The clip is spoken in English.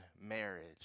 marriage